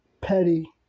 petty